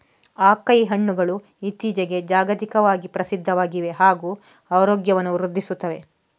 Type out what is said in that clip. acai ಹಣ್ಣುಗಳು ಇತ್ತೀಚಿಗೆ ಜಾಗತಿಕವಾಗಿ ಪ್ರಸಿದ್ಧವಾಗಿವೆ ಹಾಗೂ ಆರೋಗ್ಯವನ್ನು ವೃದ್ಧಿಸುತ್ತವೆ